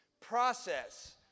process